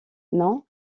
non